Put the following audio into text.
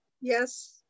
Yes